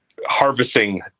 harvesting